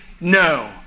no